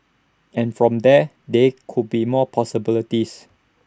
and from there they could be more possibilities